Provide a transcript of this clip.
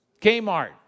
Kmart